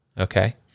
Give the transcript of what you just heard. Okay